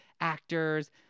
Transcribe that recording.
actors